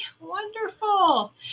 Wonderful